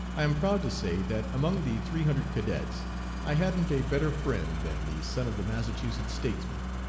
i am proud to say that among the three hundred cadets i hadn't a better friend than the son of the massachusetts statesman.